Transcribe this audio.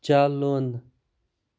چلُن